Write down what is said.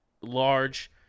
large